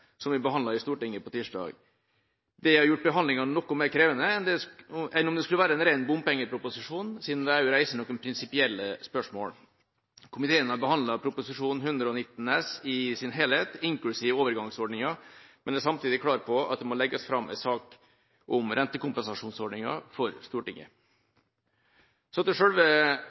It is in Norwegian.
som vi behandlet i Stortinget på tirsdag. Det har gjort behandlingen noe mer krevende enn om det skulle være en ren bompengeproposisjon, siden det også reiser noen prinsipielle spørsmål. Komiteen har behandlet Prop. 119 S i sin helhet, inklusiv overgangsordningen, men er samtidig klar på at det må legges fram en sak om rentekompensasjonsordningen for Stortinget. Så til